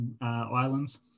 islands